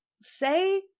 say